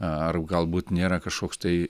ar galbūt nėra kažkoks tai